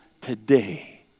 today